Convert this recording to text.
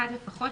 אחד לפחות,